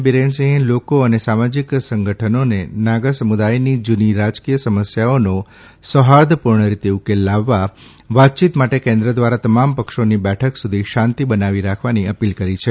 બિરેનસિંહે લોકો અને સામાજિક સંગઠનોને નાગા સમુદાયની જુની રાજકીય સમસ્યાઓનો સૌહાર્દપુર્ણ રીતે ઉકેલ લાવવા વાતયીત માટે કેન્દ્ર ધ્વારા તમામ પક્ષોની બેઠક સુધી શાંતી બનાવી રાખવાની અપીલ કરી છે